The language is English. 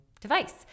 device